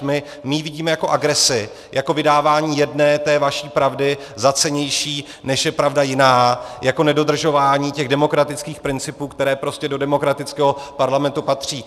My ji vidíme jako agresi, jako vydávání jedné té vaší pravdy za cennější, než je pravda jiná, jako nedodržování těch demokratických principů, které prostě do demokratického parlamentu patří.